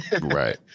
right